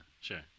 Sure